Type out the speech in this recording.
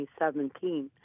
2017